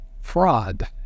fraud